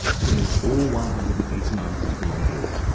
killing all one hundred and eighty nine people on board.